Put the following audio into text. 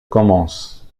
commence